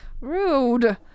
rude